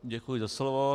Děkuji za slovo.